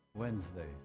Wednesday